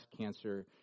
cancer